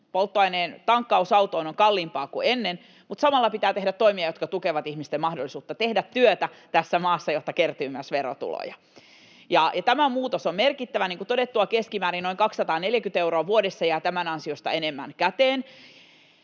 polttoaineen tankkaus autoon on kalliimpaa kuin ennen, mutta samalla pitää tehdä toimia, jotka tukevat ihmisten mahdollisuutta tehdä työtä tässä maassa, jotta kertyy myös verotuloja. Ja tämä muutos on merkittävä. Niin kuin todettu, keskimäärin noin 240 euroa vuodessa jää tämän ansiosta enemmän käteen.